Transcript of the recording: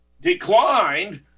declined